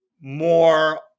more